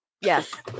yes